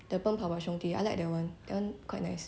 奔跑 ba~ 奔跑吧兄弟